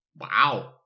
Wow